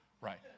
Right